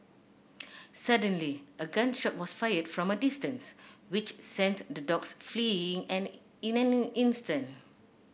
suddenly a gun shot was fired from a distance which sent the dogs fleeing in and in an instant